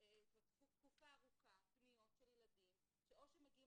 תקופה ארוכה פניות של ילדים שאו שמגיעים